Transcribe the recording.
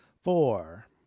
Four